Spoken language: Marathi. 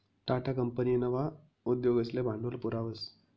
टाटा कंपनी नवा उद्योगसले भांडवल पुरावस